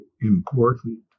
important